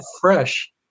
fresh